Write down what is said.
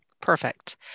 Perfect